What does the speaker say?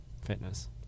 fitness